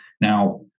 Now